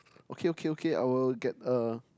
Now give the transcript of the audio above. okay okay okay I will get uh